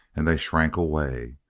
and they shrank away.